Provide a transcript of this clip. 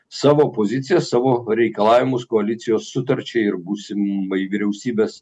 savo poziciją savo reikalavimus koalicijos sutarčiai ir būsimai vyriausybės